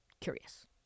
curious